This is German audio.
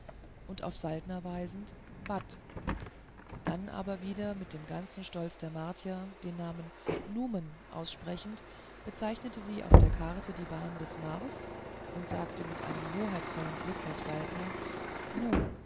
und auf saltner weisend bat dann aber wieder mit dem ganzen stolz der martier den namen nume aussprechend bezeichnete sie auf der karte die bahn des mars und sagte mit einem hoheitsvollen blick auf saltner nu